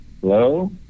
Hello